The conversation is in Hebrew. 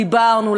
דיברנו,